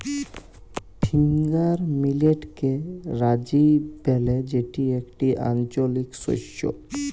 finger মিলেটকে রাজি ব্যলে যেটি একটি আঞ্চলিক শস্য